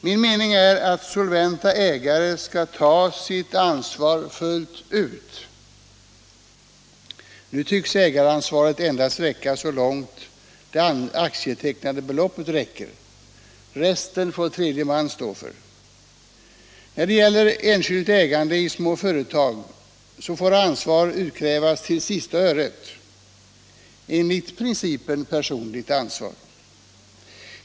Min mening är att solventa ägare skall ta sitt ansvar fullt ut. Nu tycks ägaransvaret endast sträcka sig så långt det aktietecknade beloppet räcker. Resten får tredje man stå för. Nr 132 När det gäller enskilt ägande i små företag får ansvar utkrävas till Måndagen den sista öret enligt principen om personligt ansvar.